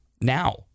now